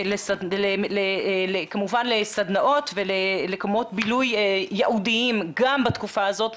כמובן לסדנאות ולמקומות בילוי ייעודיים גם בתקופה הזאת,